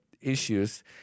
issues